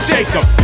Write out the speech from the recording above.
Jacob